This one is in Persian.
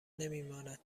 نمیماند